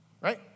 Right